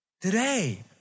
today